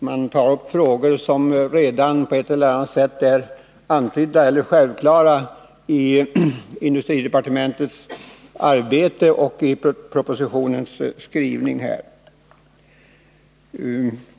Man tar upp frågor som redan på ett eller annat sätt är självklara i industridepartementets arbete och i propositionens skrivning.